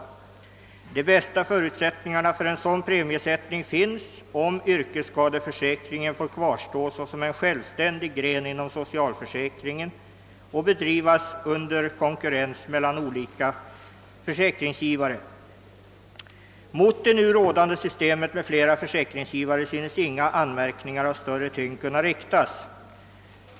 De bästa förutsättningarna för en sådan premiesättning finns, om yrkesskadeförsäkringen får kvarstå såsom en självständig gren inom socialförsäkringen och bedrivas under konkurrens mellan olika försäkringsgivare. Mot det nu rådande systemet med flera försäkringsgivare synes inga anmärkningar av större tyngd kunna riktas.